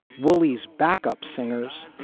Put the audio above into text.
woolies backup singers